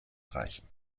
erreichen